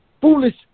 foolish